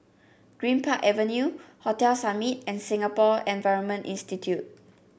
Greenpark Avenue Hotel Summit and Singapore Environment Institute